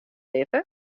litte